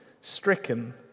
stricken